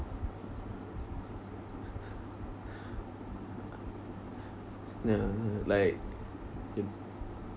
no no like th~